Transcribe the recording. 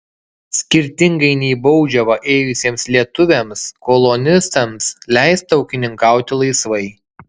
skirtingai nei baudžiavą ėjusiems lietuviams kolonistams leista ūkininkauti laisvai